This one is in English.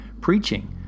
preaching